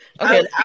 okay